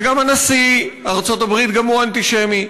וגם נשיא ארצות-הברית הוא אנטישמי,